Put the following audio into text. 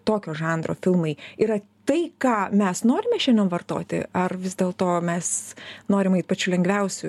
tokio žanro filmai yra tai ką mes norime šiandien vartoti ar vis dėl to mes norim ait pačiu lengviausiu